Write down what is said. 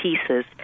pieces